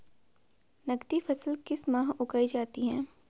नकदी फसल किस माह उगाई जाती है?